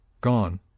Gone